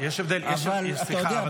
אבל אתה יודע,